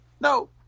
No